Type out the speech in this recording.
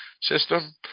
system